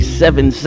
seven